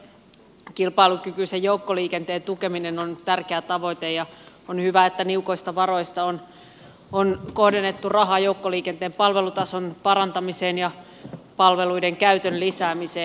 kilpailukykyisen joukkoliikenteen tukeminen on tärkeä tavoite ja on hyvä että niukoista varoista on kohdennettu rahaa joukkoliikenteen palvelutason parantamiseen ja palveluiden käytön lisäämiseen